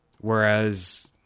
Whereas